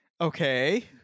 Okay